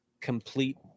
complete